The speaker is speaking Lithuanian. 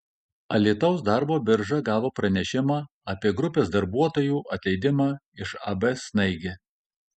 alytaus darbo birža gavo pranešimą apie grupės darbuotojų atleidimą iš ab snaigė